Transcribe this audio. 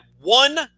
one